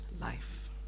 life